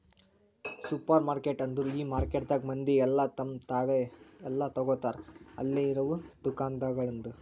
supermarket ಅಂದುರ್ ಈ ಮಾರ್ಕೆಟದಾಗ್ ಮಂದಿ ಎಲ್ಲಾ ತಮ್ ತಾವೇ ಎಲ್ಲಾ ತೋಗತಾರ್ ಅಲ್ಲಿ ಇರವು ದುಕಾನಗೊಳ್ದಾಂದು